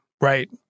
right